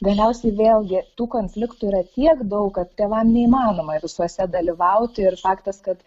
galiausiai vėlgi tų konfliktų yra tiek daug kad tėvam neįmanoma visuose dalyvauti ir faktas kad